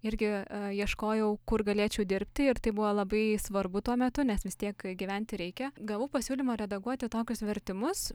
irgi ieškojau kur galėčiau dirbti ir tai buvo labai svarbu tuo metu nes vis tiek gyventi reikia gavau pasiūlymą redaguoti tokius vertimus